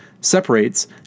separates